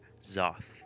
Zoth